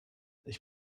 ich